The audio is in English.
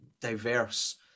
diverse